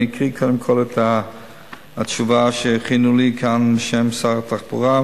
אני אקריא קודם כול את התשובה שהכינו לי כאן בשם שר התחבורה.